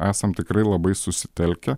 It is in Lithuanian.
esam tikrai labai susitelkę